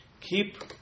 Keep